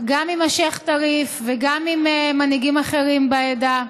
גם עם השייח' טריף וגם עם מנהיגים אחרים בעדה.